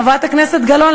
חברת הכנסת גלאון,